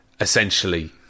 Essentially